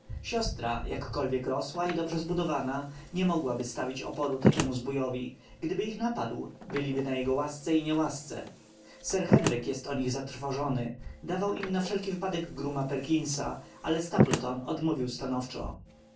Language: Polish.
siostra jakkolwiek rosła i dobrze zbudowana nie mogłaby stawić oporu takiemu zbójowi gdyby ich napadł byliby na jego łasce i niełasce sir henryk jest o nich zatrwożony dawał im na wszelki wypadek grooma perkinsa ale stapleton odmówił stanowczo